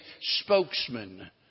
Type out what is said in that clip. spokesman